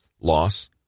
loss